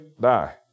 die